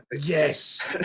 yes